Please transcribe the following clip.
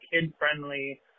kid-friendly